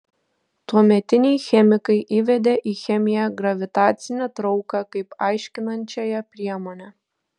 tuometiniai chemikai įvedė į chemiją gravitacinę trauką kaip aiškinančiąją priemonę